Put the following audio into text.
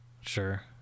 sure